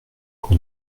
pour